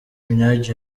minaj